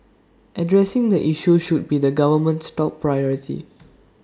addressing the issue should be the government's top priority